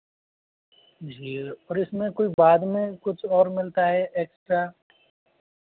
जी और इसमें कोई बाद में कुछ और मिलता है एक्स्ट्रा